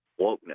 wokeness